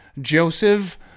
Joseph